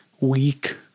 weak